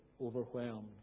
overwhelmed